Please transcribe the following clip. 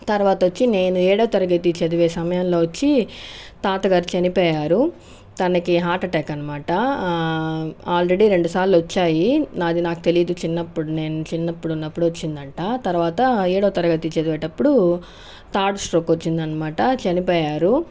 తరవాత వచ్చి నేను ఏడో తరగతి చదివే సమయంలో వచ్చి తాతగారు చనిపోయారు తనకి హార్ట్ అట్టాక్ అన్నమాట ఆల్రెడీ రెండు సార్లు వచ్చాయి అది నాకు తెలీదు నేను చిన్నప్పుడు నేను చిన్నప్పుడు ఉన్నప్పుడు వచ్చిందంట తరువాత ఏడో తరగతి చదివేటప్పుడు థర్డ్ స్ట్రోక్ వచ్చిందన్నమాట చనిపోయారు